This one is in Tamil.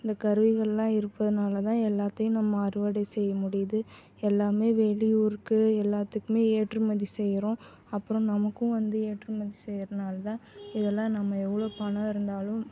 இந்த கருவிகள்லாம் இருப்பதினால தான் எல்லாத்தையும் நம்ம அறுவடை செய்ய முடியுது எல்லாம் வெளியூருக்கு எல்லாத்துக்கும் ஏற்றுமதி செய்கிறோம் அப்புறம் நமக்கும் வந்து ஏற்றுமதி செய்கிறதுனால தான் இதெல்லாம் நம்ம எவ்வளோ பணம் இருந்தாலும்